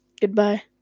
Goodbye